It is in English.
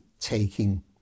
taking